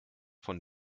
von